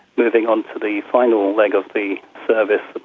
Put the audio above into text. moving onto the final leg of the service,